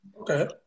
Okay